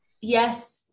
yes